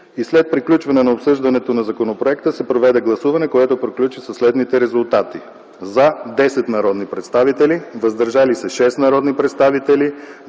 След приключване на обсъждането на законопроекта се проведе гласуване, което приключи със следните резултати: „за” – 10 народни представители, „въздържали се” – 6 народни представители,